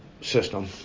system